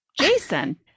Jason